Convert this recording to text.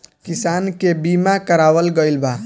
किसान के बीमा करावल गईल बा